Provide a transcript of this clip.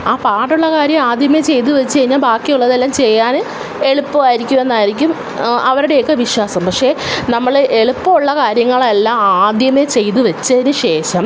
ആ പാടുള്ള കാര്യം ആദ്യമേ ചെയ്ത് വെച്ചുകഴിഞ്ഞാൽ ബാക്കിയുള്ളതൊല്ലാം ചെയ്യാൻ എളുപ്പമായിരിക്കും എന്നായിരിക്കും അവരുടെയൊക്കെ വിശ്വാസം പക്ഷേ നമ്മൾ എളുപ്പമുള്ള കാര്യങ്ങളെല്ലാം ആദ്യമേ ചെയ്തു വെച്ചതിന് ശേഷം